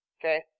Okay